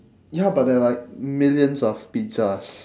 ya but there are like millions of pizzas